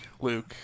luke